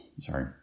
Sorry